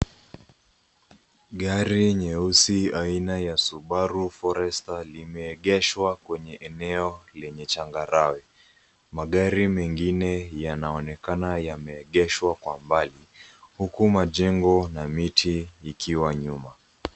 Gari nyeusi aina ya Subaru Forester limeegeshwa kwenye eneo lenye changarawe. Magari mengine yanaonekana yameegeshwa kwa mbali huku majengo na miti ikiwa nyuma.